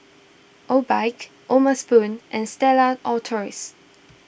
Obike O'ma Spoon and Stella Artois